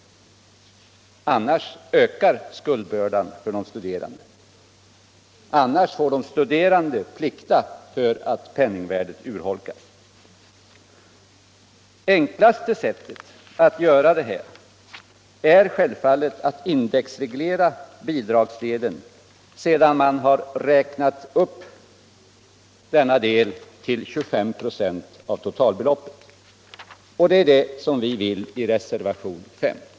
Annars ökar skuldbördan för de studerande. Annars får de studerande plikta för att penningvärdet urholkas. Det enklaste sättet att göra detta är självfallet att indexreglera bidragsdelen sedan man har räknat upp denna till 25 96 av totalbeloppet, och det är det som vi föreslagit i reservationen 5.